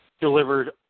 delivered